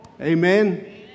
Amen